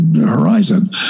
horizon